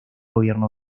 gobierno